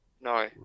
No